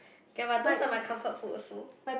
ya but those are my comfort food also